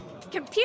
Computer